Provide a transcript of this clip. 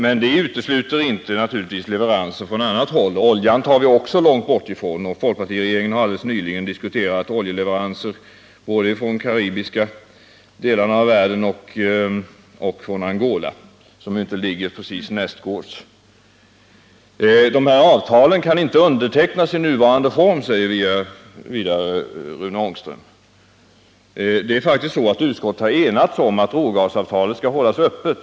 Men det utesluter naturligtvis inte leveranser från annat håil. Oljan tar vi också långt bortifrån. Folkpartiregeringen har nyligen diskuterat oljeleveranser både från den karibiska delen av världen och från Angola, som inte ligger nästgårds precis. Avtalen kan inte undertecknas i nuvarande form, säger Rune Ångström vidare. Det är faktiskt så att utskottet varit enigt om att rågasavtalet skall hållas öppet.